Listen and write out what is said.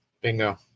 Bingo